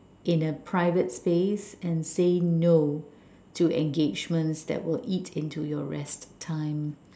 in a private space and say no to engagements that will eat into your rest time